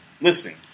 listen